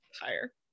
higher